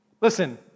Listen